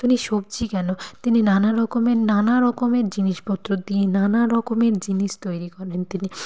তিনি সবজি কেন তিনি নানা রকমের নানা রকমের জিনিসপত্র তিনি নানা রকমের জিনিস তৈরি করেন তিনি